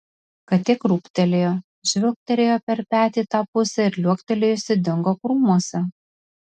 katė krūptelėjo žvilgterėjo per petį į tą pusę ir liuoktelėjusi dingo krūmuose